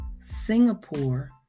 Singapore